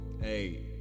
Hey